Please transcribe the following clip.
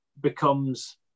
becomes